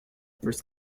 first